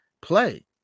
play